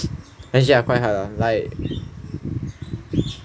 legit ah quite hard ah like